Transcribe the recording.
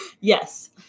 yes